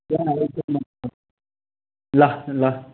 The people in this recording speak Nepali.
ल ल